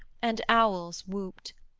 and owls whooped,